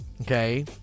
Okay